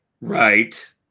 Right